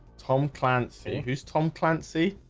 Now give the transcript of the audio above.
tom clancy who's tom clancy?